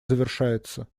завершается